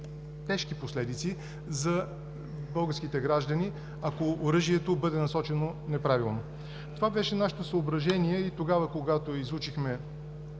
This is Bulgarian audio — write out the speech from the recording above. тежки последици за българските граждани, ако оръжието бъде насочено неправилно. Това беше нашето съображение, когато излъчихме